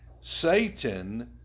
Satan